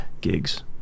gigs